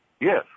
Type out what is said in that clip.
Yes